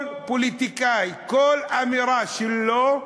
כל פוליטיקאי, כל אמירה שלו,